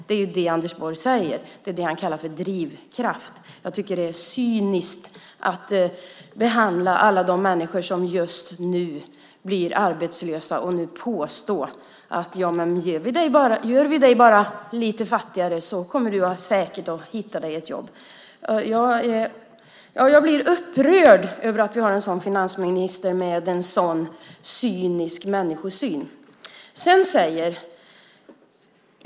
Det är ju vad Anders Borg säger och kallar för drivkraft. Jag tycker att det är cyniskt att beträffande alla människor som just nu blir arbetslösa påstå: Gör vi dig bara lite fattigare kommer du säkert att hitta ett jobb. Jag blir upprörd över att vi har en finansminister med en så cynisk människosyn.